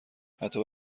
حتی